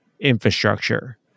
infrastructure